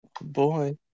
Boy